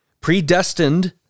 Predestined